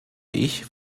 ich